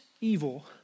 evil